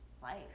life